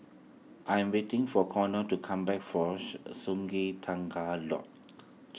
I am waiting for Konnor to come back force Sungei Tengah Lodge